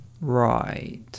Right